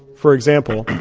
for example,